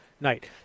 night